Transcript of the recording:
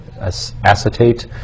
Acetate